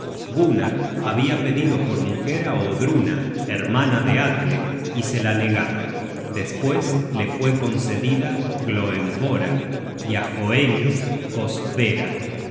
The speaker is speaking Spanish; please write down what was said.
gunnar habia pedido por mujer á oddruna hermana de atle y se la negaron despues le fue concedida gloemvora y á hoenio kostbera